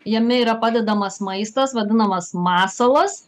jame yra padedamas maistas vadinamas masalas